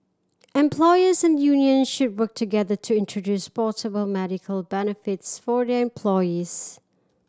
employers and unions should work together to introduce portable medical benefits for their employees